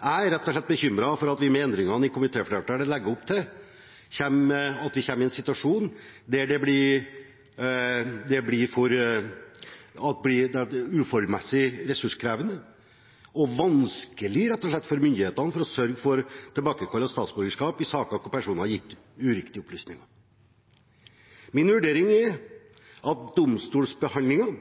Jeg er rett og slett bekymret for at vi med de endringene komitéflertallet legger opp til, kommer i en situasjon der det blir uforholdsmessig ressurskrevende og rett og slett vanskelig for myndighetene å sørge for tilbakekall av statsborgerskap i saker hvor personer har gitt uriktige opplysninger. Min vurdering er at